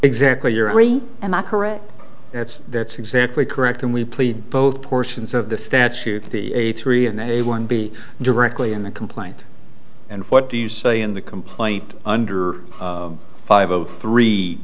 exactly your every am i correct that's that's exactly correct and we played both portions of the statute the a three and a one b directly in the complaint and what do you say in the complaint under five zero three